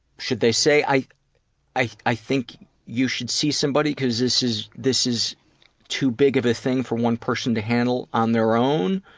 should they say, i i think you should see somebody because this is this is too big of a thing for one person to handle on their own?